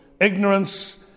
ignorance